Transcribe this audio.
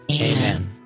Amen